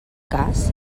cas